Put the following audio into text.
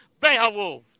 Beowulf